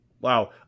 Wow